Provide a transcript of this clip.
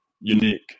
unique